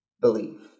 believe